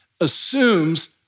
assumes